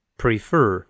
prefer